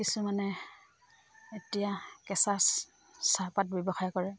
কিছুমানে এতিয়া কেঁচা চাহপাত ব্যৱসায় কৰে